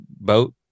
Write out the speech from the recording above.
boat